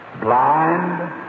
blind